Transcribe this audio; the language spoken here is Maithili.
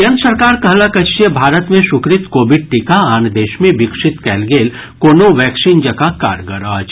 केन्द्र सरकार कहलक अछि जे भारत मे स्वीकृत कोविड टीका आन देश मे विकसित कयल गेल कोनो वैक्सनी जकाँ कारगर अछि